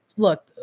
Look